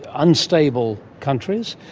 unstable countries,